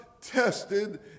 tested